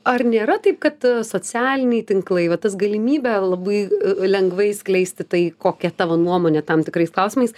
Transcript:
ar nėra taip kad socialiniai tinklai va tas galimybė labai lengvai skleisti tai kokia tavo nuomonė tam tikrais klausimais